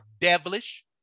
devilish